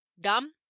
dumb